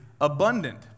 abundant